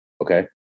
Okay